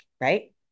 right